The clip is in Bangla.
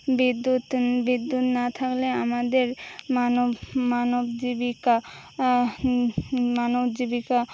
বিদ্যুৎ বিদ্যুৎ না থাকলে আমাদের মানব মানব জীবিকা মানব জীবিকা